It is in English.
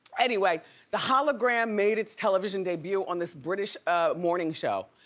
anyway the hologram made it's television debut on this british morning show.